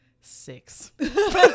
six